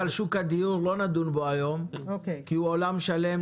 לא נדון היום בשוק הדיור כי הוא עולם שלם.